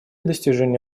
достижения